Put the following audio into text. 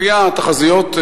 לפי התחזיות,